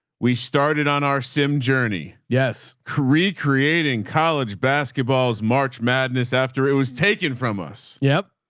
we started on our sim journey. yes, curry creating college. basketball's march madness after it was taken from us. yep.